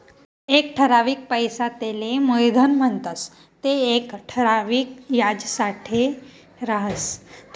एक ठरावीक पैसा तेले मुयधन म्हणतंस ते येक ठराविक याजसाठे राहस